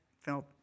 felt